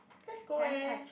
let's go eh